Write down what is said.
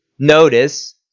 notice